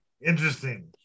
Interesting